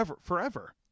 forever